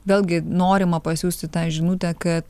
vėlgi norima pasiųsti tą žinutę kad